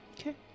Okay